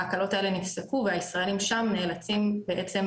ההקלות האלה נפסקו והישראלים שם נאלצים בעצם